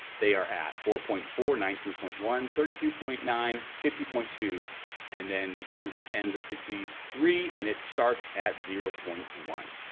they are at four point four, nineteen point one, thirty two point nine, fifty point two and then the chromosome ends at sixty three. three. and it starts at zero point one,